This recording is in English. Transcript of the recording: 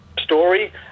story